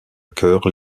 cœur